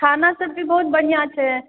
खाना सब भी बहुत बढ़िऑं छै